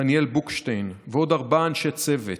דניאל בוקשטיין, ועוד ארבעה אנשי צוות,